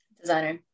designer